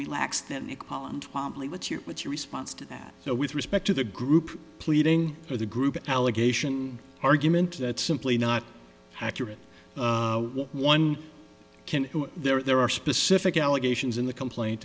holland what's your what's your response to that with respect to the group pleading for the group allegation argument that simply not accurate one can there are specific allegations in the complaint